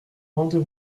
rendez